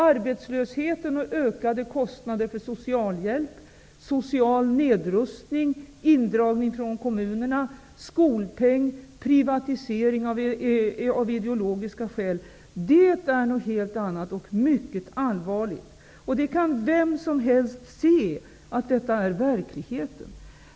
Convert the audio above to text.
Arbetslösheten och ökade kostnader för socialhjälp, social nedrustning, indragning från kommunerna, skolpeng och privatisering av ideologiska skäl är något helt annat och mycket allvarligt. Vem som helst kan se att detta är verkligheten.